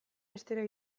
estereo